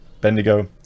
Bendigo